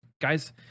Guys